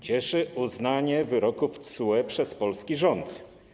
Cieszy uznanie wyroków TSUE przez polski rząd.